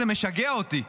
זה משגע אותי,